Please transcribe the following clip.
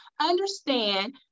Understand